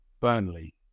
Burnley